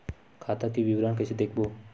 खाता के विवरण कइसे देखबो?